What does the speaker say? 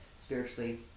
spiritually